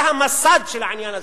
זה המסד של העניין הזה,